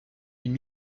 une